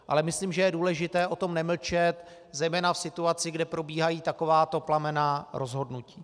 Ale myslím, že je důležité o tom nemlčet zejména v situaci, kde probíhají takováto plamenná rozhodnutí.